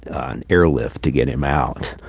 an airlift to get him out.